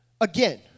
Again